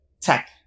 tech